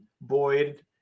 Boyd